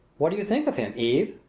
what do you think of him, eve?